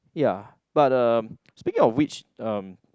ya but uh speaking of which uh